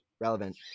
relevant